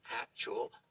actual